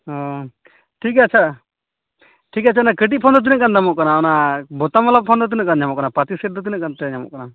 ᱚᱸᱻ ᱴᱷᱤᱠ ᱜᱮᱭᱟ ᱟᱪᱪᱷᱟ ᱴᱷᱤᱠ ᱟᱪᱷᱟ ᱠᱟᱹᱴᱤᱡ ᱯᱷᱳᱱ ᱫᱚ ᱛᱤᱱᱟᱹᱜ ᱜᱟᱱ ᱫᱟᱢᱚᱜ ᱠᱟᱱᱟ ᱚᱱᱟ ᱵᱳᱛᱟᱢ ᱵᱟᱞᱟ ᱯᱷᱳᱱ ᱨᱮ ᱛᱤᱱᱟᱹᱜ ᱜᱟᱱ ᱧᱟᱢᱚᱜ ᱠᱟᱱᱟ ᱯᱟᱹᱛᱤ ᱥᱮᱴ ᱫᱚ ᱛᱤᱱᱟᱹᱜ ᱠᱟᱛᱮ ᱧᱟᱢᱚᱜ ᱠᱟᱱᱟ